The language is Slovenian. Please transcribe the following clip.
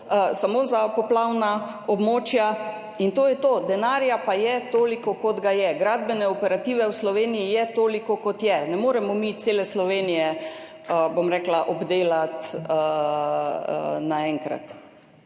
samo za poplavna območja, in to je to. Denarja pa je toliko, kot ga je. Gradbene operative v Sloveniji je toliko, kot je je. Ne moremo mi cele Slovenije obdelati naenkrat.